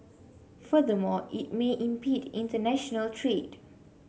furthermore it may impede international trade